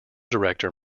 director